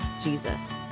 Jesus